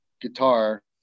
guitar